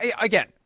again